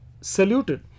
saluted